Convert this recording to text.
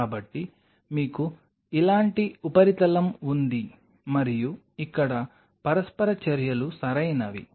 కాబట్టి మీకు ఇలాంటి ఉపరితలం ఉంది మరియు ఇక్కడ పరస్పర చర్యలు సరైనవి